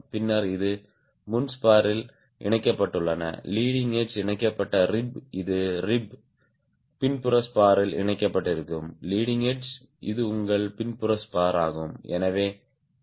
பின்னர் இது முன் ஸ்பாரில் இணைக்கப்பட்டுள்ள லீடிங் எட்ஜ் இணைக்கப்பட்ட ரிப் இது ரிப் பின்புற ஸ்பாரில் இணைக்கப்பட்டிருக்கும் லீடிங் எட்ஜ் இது உங்கள் பின்புற ஸ்பார் ஆகும்